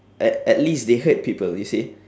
at at least they hurt people you see